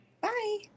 Bye